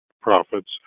profits